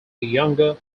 younger